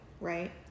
Right